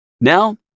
Now